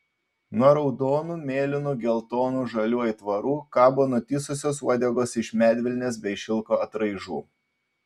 nuo raudonų mėlynų geltonų žalių aitvarų kabo nutįsusios uodegos iš medvilnės bei šilko atraižų